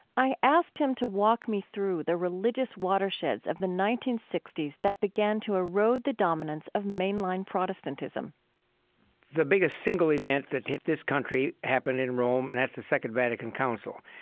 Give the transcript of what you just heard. i asked him to walk me through the religious watersheds of the nineteen sixty s that began to erode the dominance of mainline protestantism the biggest single event that hit this country happened in rome, and that's the second vatican council.